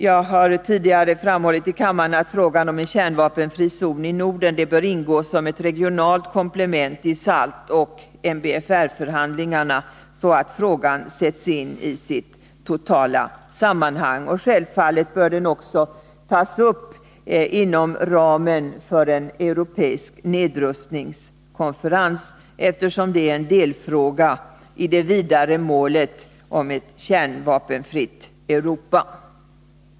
Jag har tidigare framhållit i kammaren att frågan om en kärnvapenfri zon i Norden bör ingå som regionalt komplement i SALT och MBFR förhandlingarna. Då sätts frågan in i sitt totala sammanhang. Självfallet bör den också tas upp inom ramen för en europeisk nedrustningskonferens, eftersom den är en delfråga i det vidare målet ett kärnvapenfritt Europa.